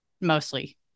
mostly